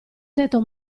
tetto